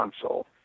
console